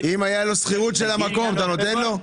אם הייתה לו שכירות של המקום, אתה נותן לו?